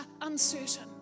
uncertain